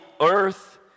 earth